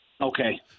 Okay